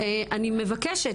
אני מבקשת,